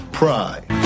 pride